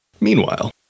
Meanwhile